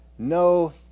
No